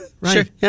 Right